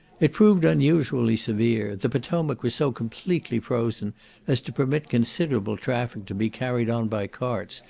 it proved unusually severe the potomac was so completely frozen as to permit considerable traffic to be carried on by carts,